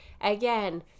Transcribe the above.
again